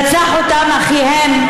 רצח אותן אחיהן,